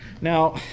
Now